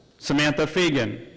samantha fiegan.